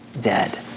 dead